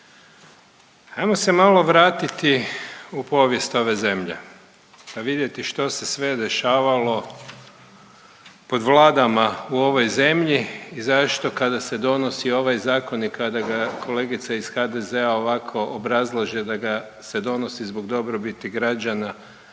Hajmo se malo vratiti u povijest ove zemlje pa vidjeti što se sve dešavalo pod vladama u ovoj zemlji i zašto kada se donosi ovaj zakon i kada ga kolegica iz HDZ-a ovako obrazlaže da ga se donosi zbog dobrobiti građana